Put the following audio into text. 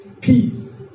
Peace